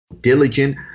diligent